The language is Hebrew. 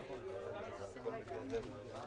מ/1307.